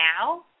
now